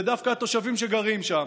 זה דווקא התושבים שגרים שם.